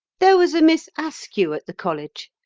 there was a miss askew at the college,